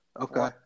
Okay